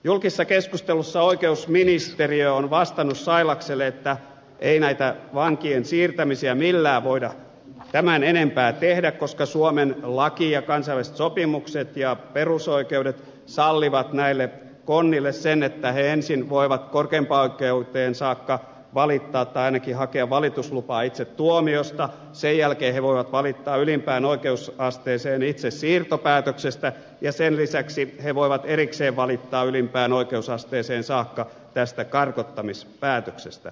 julkisessa keskustelussa oikeusministeriö on vastannut sailakselle että ei näitä vankien siirtämisiä millään voida tämän enempää tehdä koska suomen laki ja kansainväliset sopimukset ja perusoikeudet sallivat näille konnille sen että he ensin voivat korkeimpaan oikeuteen saakka valittaa tai ainakin hakea valituslupaa itse tuomiosta sen jälkeen he voivat valittaa ylimpään oikeusasteeseen itse siirtopäätöksestä ja sen lisäksi he voivat erikseen valittaa ylimpään oikeusasteeseen saakka tästä karkottamispäätöksestä